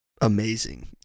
amazing